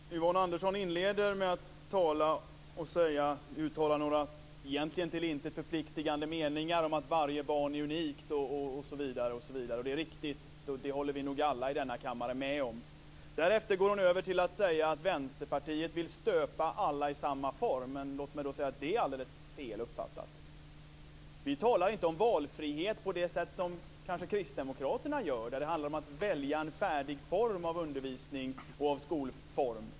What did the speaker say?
Herr talman! Yvonne Andersson inleder med att uttala några, egentligen till intet förpliktande, meningar om att varje barn är unikt osv. Det är riktigt; det håller vi nog alla i denna kammare med om. Därefter går hon över till att säga att Vänsterpartiet vill stöpa alla i samma form. Låt mig då säga att det är helt fel uppfattat. Vi talar inte om valfrihet på det sätt som kristdemokraterna kanske gör, där det handlar om att välja en färdig form av undervisning och skolform.